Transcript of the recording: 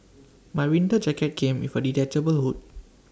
my winter jacket came with A detachable hood